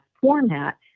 format